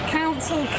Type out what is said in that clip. council